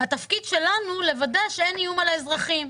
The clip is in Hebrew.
התפקיד שלנו הוא לוודא שאין איום על האזרחים.